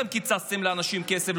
קיצצתם לאנשים כסף,